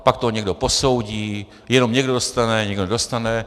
Pak to někdo posoudí, jenom někdo dostane, někdo nedostane.